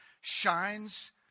shines